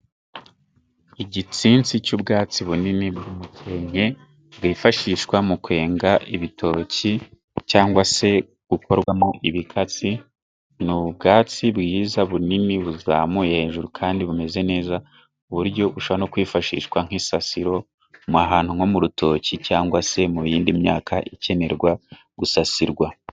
Igitsinsi cy'ubwatsi bunini bw'umukenke bwifashishwa mu kwenga ibitoki cyangwa se gukorwamo ibikatsi, ni ubwatsi bwiza bunini buzamuye hejuru kandi bumeze neza, ku buryo bushobora no kwifashishwa nk'isasiro ahantu nko mu rutoki cyangwa se mu yindi myaka ikenerwa gusasirwa.